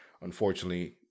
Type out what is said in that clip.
unfortunately